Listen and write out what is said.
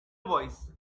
voice